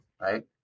Right